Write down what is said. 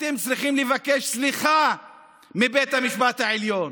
אתם צריכים לבקש סליחה מבית המשפט העליון.